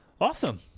awesome